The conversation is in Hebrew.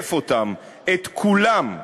ומשקף אותם, את כולם,